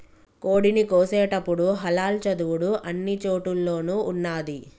కోడిని కోసేటపుడు హలాల్ చదువుడు అన్ని చోటుల్లోనూ ఉన్నాది